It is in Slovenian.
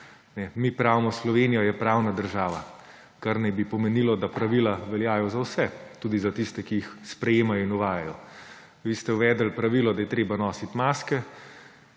Mi pravimo, Slovenija je pravna država, kar naj bi pomenilo, da pravila veljajo za vse, tudi za tiste, ki jih sprejemajo in uvajajo. Vi ste uvedli pravilo, da je treba nositi maske,